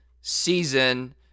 season